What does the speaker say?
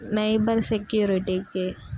సైబర్సెక్యూరిటీకి